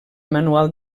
manual